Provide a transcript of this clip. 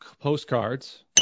postcards